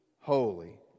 holy